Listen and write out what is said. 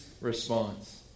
response